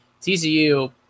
TCU